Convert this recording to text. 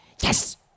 yes